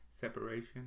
separation